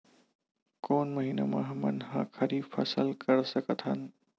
कोन महिना म हमन ह खरीफ फसल कर सकत हन?